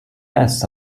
nests